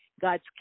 God's